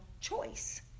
choice